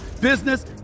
business